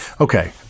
Okay